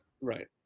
Right